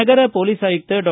ನಗರ police ಆಯುಕ್ತ ಡಾ